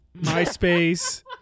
MySpace